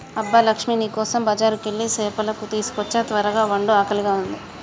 అబ్బ లక్ష్మీ నీ కోసం బజారుకెళ్ళి సేపలు తీసుకోచ్చా త్వరగ వండు ఆకలిగా ఉంది